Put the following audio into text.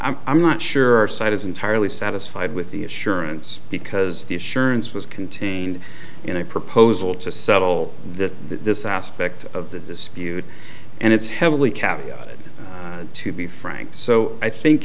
know i'm not sure side is entirely satisfied with the assurance because the assurance was contained in a proposal to settle this this aspect of the dispute and it's heavily kavya to be frank so i think